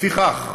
לפיכך,